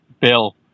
bill